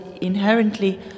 inherently